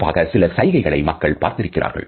குறிப்பாக சில சைகைகளை மக்கள் பார்த்திருக்கிறார்கள்